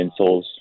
insoles